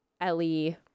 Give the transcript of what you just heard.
ellie